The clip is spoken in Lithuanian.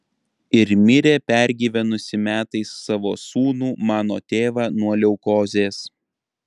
ir mirė pergyvenusi metais savo sūnų mano tėvą nuo leukozės